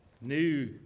new